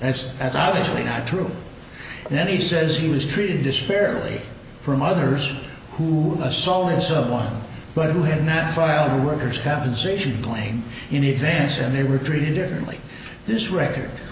that's as obviously not true and then he says he was treated this fairly from others who assaulted someone but who had not filed a worker's compensation claim in advance and they were treated differently this record